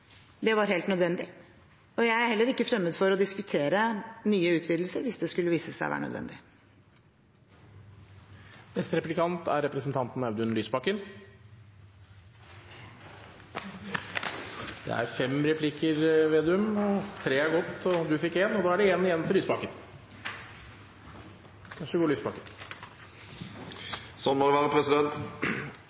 Det var helt nødvendig. Jeg er heller ikke fremmed for å diskutere nye utvidelser hvis det skulle vise seg å være nødvendig. Det er fem replikker, Vedum. Tre er gått, og du fikk én, og da er det en igjen til Lysbakken. Sånn må det være, president.